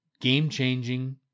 game-changing